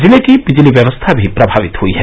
जिले की विजली व्यवस्था भी प्रभावित हुई है